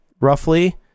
roughly